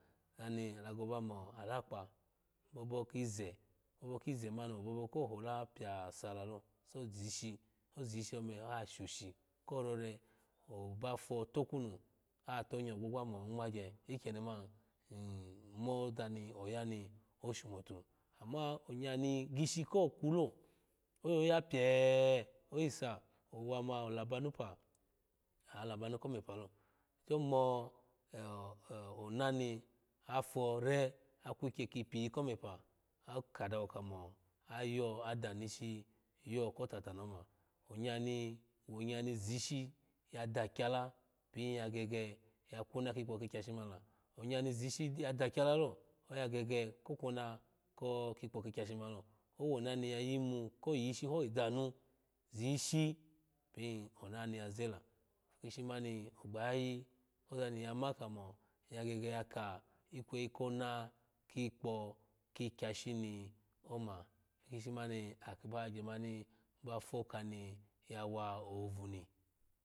Ozani alago bomo alakpa obobo kize obobo kize mani wo bobo ko hola pya sa lalo so zishi ozishi ome ashoshi ko rore oba fo takunu ato nga ogbogba mo ngmagye ikyeniman in mozani oyani ogbogba mo ngmagye ikyenimn in mozani oyani oshamotu ama onya ni gishi ko kulo oya ya pyee oyisa owama olabamu pa alaba nu komepalo oyisa owama olabanu pa alaba nu komepalo ogyo mo ona ni afore akukuye ki pyiyi komepa akadawo kamo ayo adunishi yo kotata noma onya ni wonyi niya ni zishi yo kotata nioma onga ni wonyi nya ni zishi ya kotata noma onya ni wongi niya ni zishi ya dakyala pin ya gege ya kwona kikpo kakayshi man la onya ni zishi ya dakyalo oya gege ko kwono ki kikpo kakyashi man lo owona nni ya yimu ko yishi ho danu zishi pin ona oni ya zela ishi mani ogbayayi kozani ng yama kamo ozani in gege yaka ikweyi kona ki kpo kikyashini oma ishi mani akiba hagye mani akiba hagye mani bafo oka ni y wa ohobu ni.